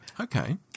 Okay